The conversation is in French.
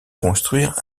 construire